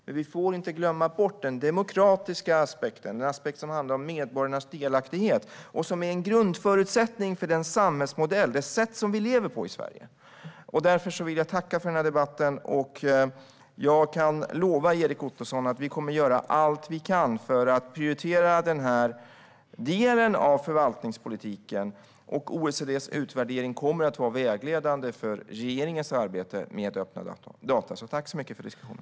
Men vi får inte glömma bort den demokratiska aspekten, som handlar om medborgarnas delaktighet och som är en grundförutsättning för vår samhällsmodell och det sätt som vi lever på i Sverige. Jag vill tacka för debatten. Jag kan lova Erik Ottoson att vi kommer att göra allt vi kan för att prioritera denna del av förvaltningspolitiken, och OECD:s utvärdering kommer att vara vägledande för regeringens arbete med öppna data. Tack så mycket för diskussionen!